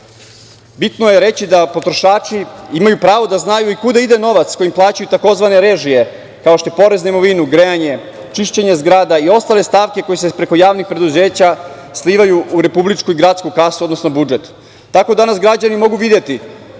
bitno je reći da potrošači imaju pravo da znaju i kuda ide novac kojim plaćaju tzv. režije, kao što je porez na imovinu, grejanje, čišćenje zgrada i ostale stavke koje se preko javnih preduzeća slivaju u republičku i gradsku kasu, odnosno budžet. Tako danas građani mogu videti